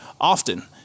often